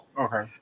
okay